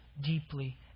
deeply